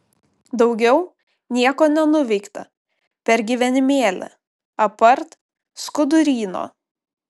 daugiau nieko nenuveikta per gyvenimėlį apart skuduryno